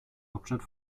hauptstadt